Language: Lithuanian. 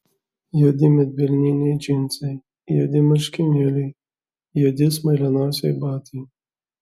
juodi medvilniniai džinsai juodi marškinėliai juodi smailianosiai batai